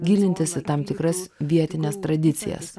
gilintis į tam tikras vietines tradicijas